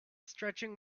stretching